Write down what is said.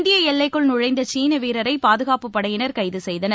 இந்தியஎல்லைக்குள் நுழைந்தசீனவீரரைபாதுகாப்பு படையினர் கைதுசெய்தனர்